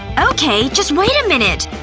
okay, just wait a minute.